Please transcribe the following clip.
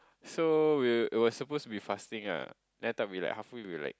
so we it was supposed to be fasting ah then after that we like halfway we like